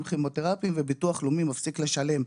כימותרפיים וביטוח לאומי מפסיק לשלם,